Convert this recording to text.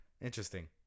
Interesting